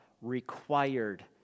required